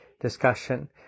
discussion